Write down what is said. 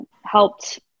helped